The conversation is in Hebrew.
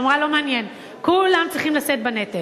אמרה: לא מעניין, כולם צריכים לשאת בנטל.